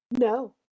No